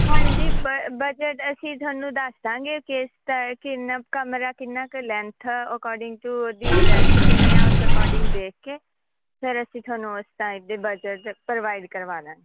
ਹਾਂਜੀ ਬ ਬਜਟ ਅਸੀਂ ਤੁਹਾਨੂੰ ਦੱਸ ਦੇਵਾਂਗੇ ਕਿਸ ਟ ਕਿੰਨਾ ਕਮਰਾ ਕਿੰਨਾ ਕੁ ਲੈਂਥ ਅਕੋਰਡਿੰਗ ਟੂ ਦੀ ਬਰੈਥ ਕਿਵੇਂ ਆ ਉਸ ਅਕੋਰਡਿੰਗ ਦੇਖ ਕੇ ਸਰ ਅਸੀਂ ਤੁਹਾਨੂੰ ਉਸ ਟਾਈਪ ਦੇ ਬਜਟ ਪ੍ਰੋਵਾਈਡ ਕਰਵਾ ਦੇਵਾਂਗੇ